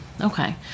Okay